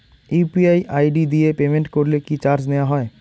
UPI ID দিয়ে payment করলে কি চার্জ নেয়া হয়?